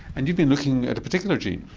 and you've been looking at a particular gene.